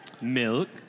milk